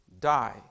die